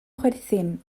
chwerthin